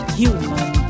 human